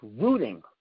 rooting